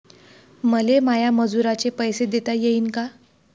मले माया मजुराचे पैसे देता येईन का?